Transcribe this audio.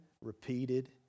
repeated